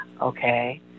Okay